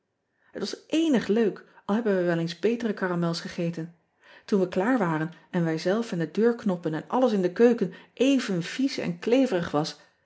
et was éenig leuk al hebben we wel eens betere caramels gegeten oen we klaar waren en wijzelf en de deurknoppen en alles in de keuken even vies en kleverig was